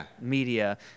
media